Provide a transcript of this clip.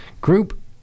Group